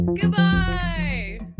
Goodbye